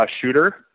shooter